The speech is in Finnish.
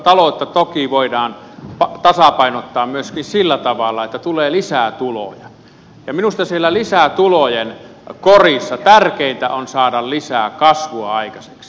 taloutta toki voidaan tasapainottaa myöskin sillä tavalla että tulee lisää tuloja ja minusta siellä lisätulojen korissa tärkeintä on saada lisää kasvua aikaiseksi